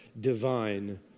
divine